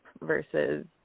versus